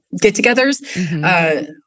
get-togethers